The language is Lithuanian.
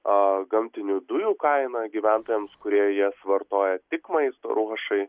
o gamtinių dujų kaina gyventojams kurie jas vartoja tik maisto ruošai